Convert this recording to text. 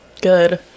Good